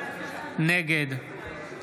נגד